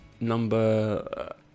number